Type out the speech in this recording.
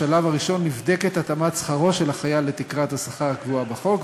בשלב הראשון נבדקת התאמת שכרו של החייל לתקרת השכר הקבועה בחוק,